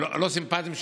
הלא-סימפתיים,